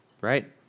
right